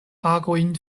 agojn